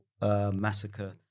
massacre